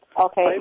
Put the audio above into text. Okay